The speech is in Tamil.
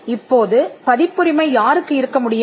இப்போது பதிப்புரிமை யாருக்கு இருக்கமுடியும்